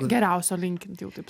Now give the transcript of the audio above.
geriausio linkint jau taip